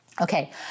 Okay